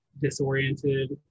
disoriented